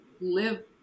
live